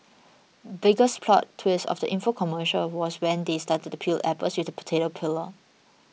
biggest plot twist of the info commercial was when they started to peel apples with the potato peeler